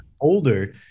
older